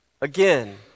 again